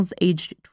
aged